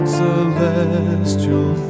celestial